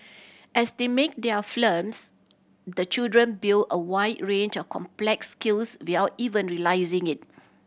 as they make their films the children build a wide range of complex skills without even realising it